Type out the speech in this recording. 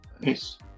Nice